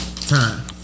time